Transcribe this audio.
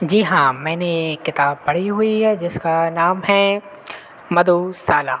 जी हाँ मैंने ये किताब पढ़ी हुई है जिसका नाम है मधुशाला